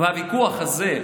והוויכוח הזה,